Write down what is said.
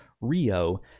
Rio